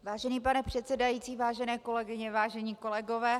Vážený pane předsedající, vážené kolegyně, vážení kolegové.